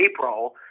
April